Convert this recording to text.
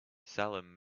salim